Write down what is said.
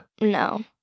No